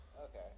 Okay